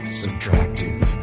subtractive